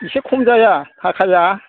एसे खम जाया थाखाया